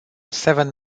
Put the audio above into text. seven